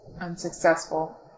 unsuccessful